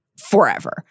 forever